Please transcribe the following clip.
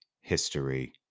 history